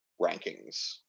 rankings